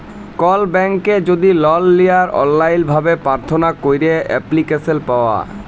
call ব্যাংকে যদি লল লিয়ার অললাইল ভাবে পার্থনা ক্যইরে এপ্লিক্যাসল পাউয়া